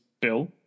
Bill